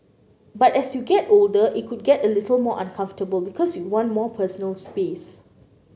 but as you get older it could get a little more uncomfortable because you want more personal space